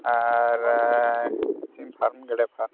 ᱟᱨ ᱥᱤᱢ ᱜᱮᱰᱮᱹ